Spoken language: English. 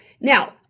Now